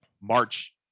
March